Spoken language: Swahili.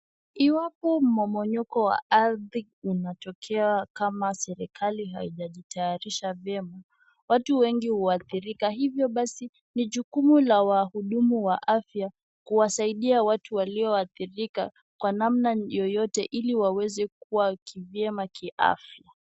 Iwapo mmomonyoko wa ardhi inatokea kama serikali haijajitayarisha vyema, watu wengi huadhirika hivyo basi ni jukumu la wahudumu wa afya kuwasaidia watu waliohadhirika kwa namna yoyote ili waweze kuwa kivyema kiafya.